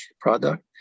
product